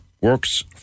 works